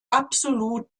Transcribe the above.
absolut